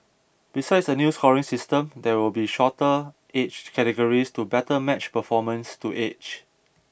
besides a new scoring system there will be shorter age categories to better match performance to age